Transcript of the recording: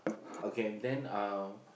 okay then